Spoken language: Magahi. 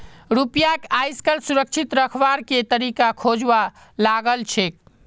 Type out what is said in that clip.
रुपयाक आजकल सुरक्षित रखवार के तरीका खोजवा लागल छेक